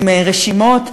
עם רשימות,